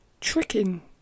tricking